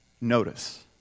notice